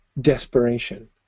desperation